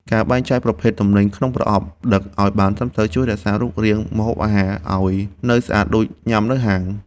ការបែងចែកប្រភេទទំនិញក្នុងប្រអប់ដឹកឱ្យបានត្រឹមត្រូវជួយរក្សារូបរាងម្ហូបអាហារឱ្យនៅស្អាតដូចញ៉ាំនៅហាង។